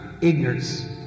ignorance